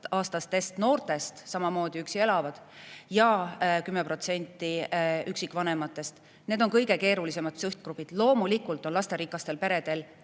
18–24‑aastastest noortest, samamoodi üksi elavad, ja 10% üksikvanematest – need on kõige keerulisemad sihtgrupid. Loomulikult on lasterikastel peredel